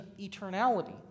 eternality